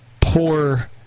poor